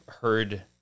heard